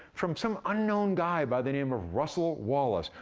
from some unknown guy by the name of russel wallace,